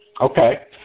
Okay